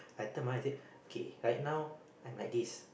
I tell my wife I said K right now I'm like this